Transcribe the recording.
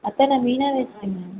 அத்தை நான் மீனா பேசுறங்க